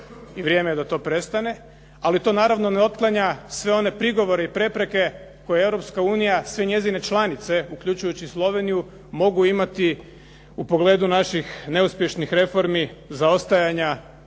i vrijeme je da to prestane. Ali to naravno ne otklanja sve one prigovore i prepreke koje Europska unija, sve njezine članice, uključujući Sloveniju mogu imati u pogledu naših neuspješnih reformi, zaostajanja